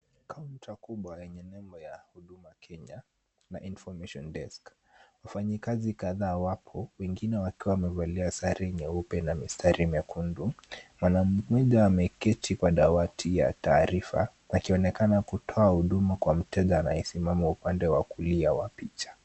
Counter kubwa yenye nembo ya huduma Kenya na information desk .Wafanyikazi kadhaa wapo wengine wakiwa wamevalia sare nyeupe na mistari miekundu. Mwanamke mmoja ameketi kwa dawati ya taarifa akionekana kutoa huduma kwa mteja anayesimama upande wa kulia wa picha.